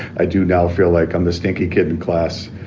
i do now feel like i'm the stinky kid in class,